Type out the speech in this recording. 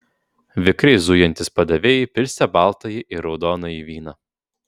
vikriai zujantys padavėjai pilstė baltąjį ir raudonąjį vyną